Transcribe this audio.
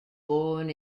born